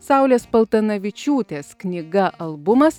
saulės paltanavičiūtės knyga albumas